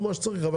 שצריך,